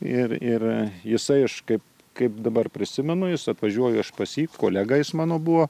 ir ir jisai aš kaip kaip dabar prisimenu jis atvažiuoju aš pas jį kolega jis mano buvo